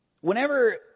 Whenever